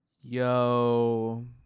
Yo